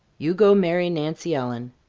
you go marry nancy ellen.